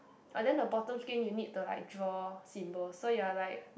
ah then the bottom screen you need to like draw symbols so you are like